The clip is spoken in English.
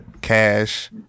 cash